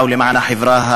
לא אדבר הרבה).